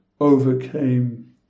overcame